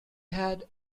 had